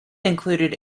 included